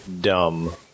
dumb